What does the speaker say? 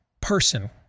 person